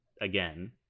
again